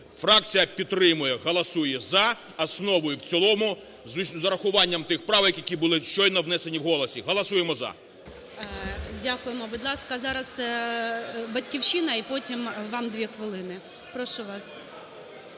Фракція підтримує, голосує за основу і в цілому, з урахуванням тих правок, які були щойно внесені в голосі. Голосуємо – за! ГОЛОВУЮЧИЙ. Дякуємо. Будь ласка, зараз "Батьківщина". І потім вам дві хвилини. Прошу вас.